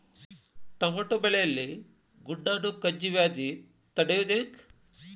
Tomato ಬೆಳೆಯಲ್ಲಿ ದುಂಡಾಣು ಗಜ್ಗಿ ವ್ಯಾಧಿ ತಡಿಯೊದ ಹೆಂಗ್?